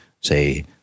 say